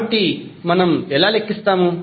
కాబట్టి మనము ఎలా లెక్కిస్తాము